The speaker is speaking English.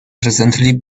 presently